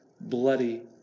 bloody